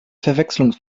verwechslung